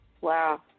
Wow